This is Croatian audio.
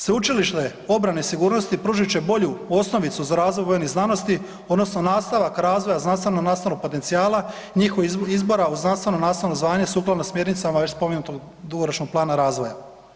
Sveučilište obrane i sigurnosti pružit će bolju osnovicu za razvoj vojnih znanosti odnosno nastavak razvoja znanstveno nastalog potencijala, njihovih izbora u znanstveno nastalo zvanje je sukladno smjernicama već spomenutog dugoročnog plana razvoja.